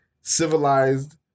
civilized